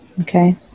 Okay